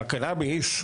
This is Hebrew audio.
הקנביס,